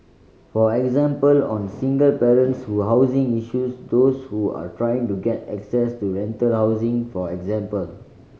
for example on single parents will housing issues those who are trying to get access to rental housing for example